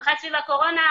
במיוחד סביב הקורונה,